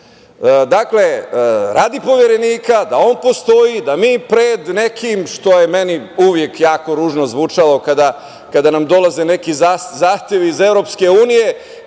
radi poverenika, da on postoji, da mi pred nekim, što je meni uvek jako ružno zvučalo kada nam dolaze neki zahtevi iz